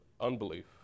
unbelief